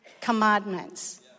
commandments